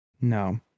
No